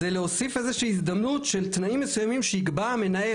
זה להוסיף איזושהי הזדמנות של תנאים מסוימים שיקבע המנהל,